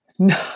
no